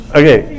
okay